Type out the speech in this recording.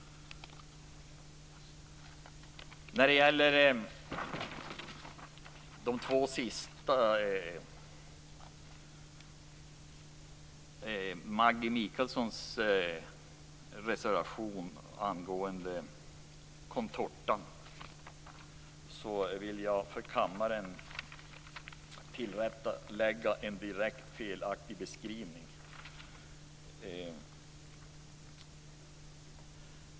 När det gäller Maggi Mikaelssons reservation 14 angående contorta vill jag för kammaren tillrättalägga en direkt felaktig beskrivning.